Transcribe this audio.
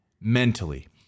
mentally